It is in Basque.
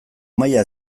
maila